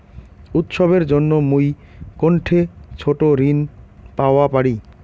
উৎসবের জন্য মুই কোনঠে ছোট ঋণ পাওয়া পারি?